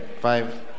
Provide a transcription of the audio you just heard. Five